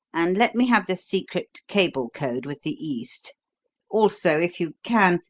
and let me have the secret cable code with the east also, if you can,